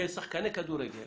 שחקני כדורגל